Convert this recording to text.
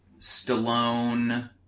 Stallone